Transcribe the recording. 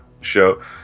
show